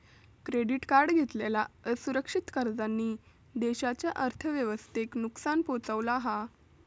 credit card घेतलेल्या असुरक्षित कर्जांनी देशाच्या अर्थव्यवस्थेक नुकसान पोहचवला हा